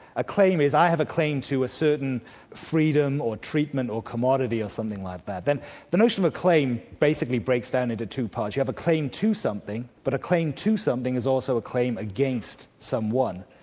a claim is i have a claim to a certain freedom or treatment or commodity, or something like that. then the notion of claim basically breaks down into two parts you have a claim to something, but a claim to something is also a claim against someone,